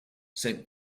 saint